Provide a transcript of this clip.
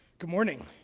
good morning.